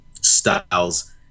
styles